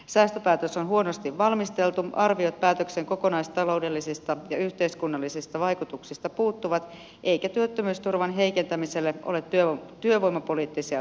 säästöpäätös on huonosti valmisteltu arviot päätöksen kokonaistaloudellisista ja yhteiskunnallisista vaikutuksista puuttuvat eikä työttömyysturvan heikentämiselle ole työvoimapoliittisia perusteita